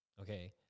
okay